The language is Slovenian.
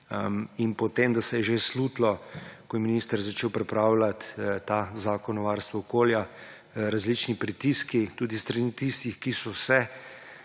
in potem, da se je že slutilo, ko je minister začel pripravljati ta zakon o varstvu okolja, različni pritiski. Tudi s strani tistih, ki so se